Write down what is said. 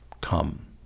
come